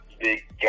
big